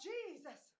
Jesus